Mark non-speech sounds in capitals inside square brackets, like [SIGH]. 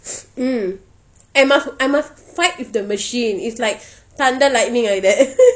[NOISE] mm I must I must fight with the machine is like thunder lightning like that [NOISE]